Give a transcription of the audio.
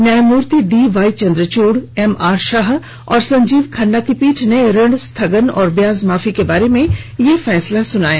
न्यायमुर्ति D Y Chandrachud M R Shah और संजीव खन्ना की पीठ ने ऋण स्थगन और ब्याज माफी के बारे में ये फैसला सुनाया